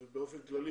ובאופן כללי